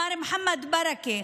מר מוחמד ברכה,